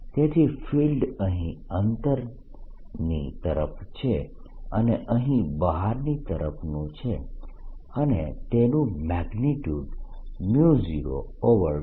તેથી ફિલ્ડ અહીં અંદરની તરફ છે અને અહીં બહારની તરફનું છે અને તેનું મેગ્નીટ્યુડ 02πxz છે